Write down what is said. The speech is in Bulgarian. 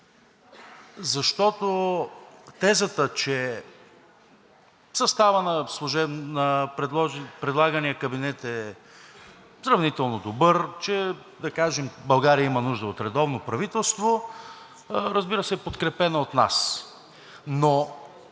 защото тезата, че съставът на предлагания кабинет е сравнително добър, че да кажем България има нужда от редовно правителство, разбира се, е подкрепена от нас. Но